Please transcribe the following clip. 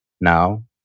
Now